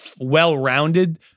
well-rounded